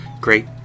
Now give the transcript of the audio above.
great